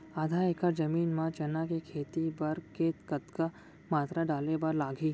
आधा एकड़ जमीन मा चना के खेती बर के कतका मात्रा डाले बर लागही?